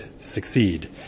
succeed